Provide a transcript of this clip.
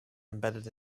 embedded